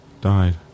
Died